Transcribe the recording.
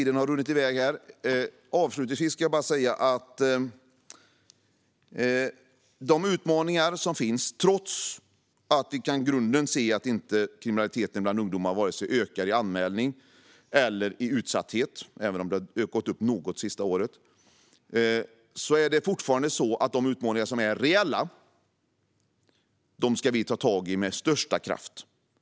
De utmaningar som finns och är reella - trots att vi kan se att kriminaliteten bland ungdomar inte ökar i omfattning i fråga om anmälningar eller utsatthet, även om siffran gått upp något det senaste året - ska vi ta tag i med största kraft.